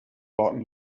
warten